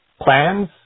plans